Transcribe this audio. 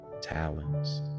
talents